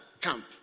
camp